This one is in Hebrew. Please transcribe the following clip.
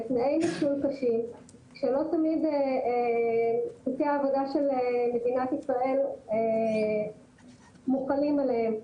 בתנאים קשים שלא תמיד חוקי העבודה של מדינת ישראל מוחלים עליהם,